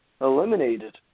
eliminated